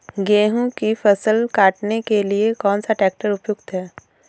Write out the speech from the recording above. गेहूँ की फसल काटने के लिए कौन सा ट्रैक्टर उपयुक्त है?